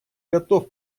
готов